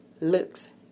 looks